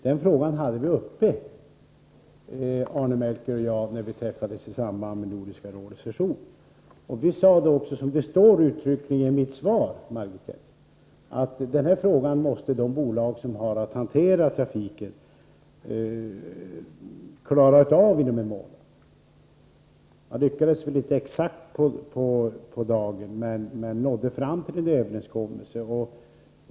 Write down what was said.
Den frågan hade Arne Melchior och jag uppe när vi träffades i samband med Nordiska rådets session. Vi sade då — som det uttryckligen står i mitt svar — att de bolag som sköter trafiken måste klara av den frågan inom en månad. Man lyckades väl inte exakt på dagen, men man nådde fram till en överenskommelse.